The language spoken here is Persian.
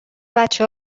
بچه